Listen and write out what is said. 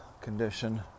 condition